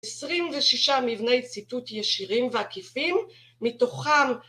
‫26 מבני ציטוט ישירים ועקיפים, ‫מתוכם...